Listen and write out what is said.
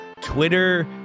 Twitter